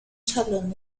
salón